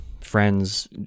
friends